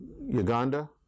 Uganda